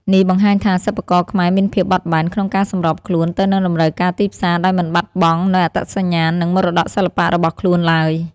នេះបង្ហាញថា សិប្បករខ្មែរមានភាពបត់បែនក្នុងការសម្របខ្លួនទៅនឹងតម្រូវការទីផ្សារ ដោយមិនបាត់បង់នូវអត្តសញ្ញាណ និងមរតកសិល្បៈរបស់ខ្លួនឡើយ។